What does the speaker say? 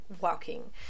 walking